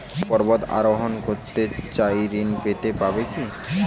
পর্বত আরোহণ করতে চাই ঋণ পেতে পারে কি?